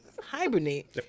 hibernate